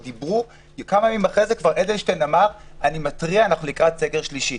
כמה ימים אחרי זה אדלשטיין התריע: אנחנו לקראת סגר שלישי.